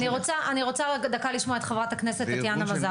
אני רוצה רגע דקה לשמוע את חברת הכנסת טטיאנה מזרסקי.